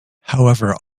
however